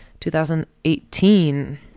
2018